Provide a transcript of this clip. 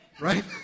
right